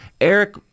Eric